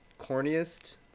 corniest